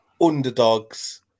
underdogs